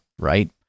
right